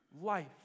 life